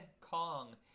Kong